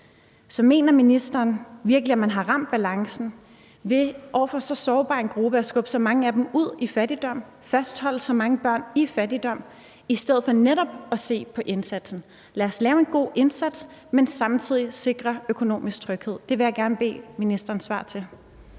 Så mener ministeren virkelig, at man har ramt balancen over for så sårbar en gruppe ved at skubbe så mange af dem ud i fattigdom og fastholde så mange børn i fattigdom i stedet for netop at se på indsatsen? Lad os lave en god indsats, men samtidig sikre økonomisk tryghed. Det vil jeg gerne bede om ministerens svar på.